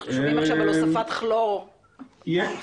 אנחנו שומעים על הוספת כלור וחיטוי.